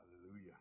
Hallelujah